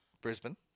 Brisbane